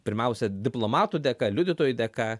pirmiausia diplomatų dėka liudytojų dėka